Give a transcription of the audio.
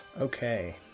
Okay